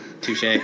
Touche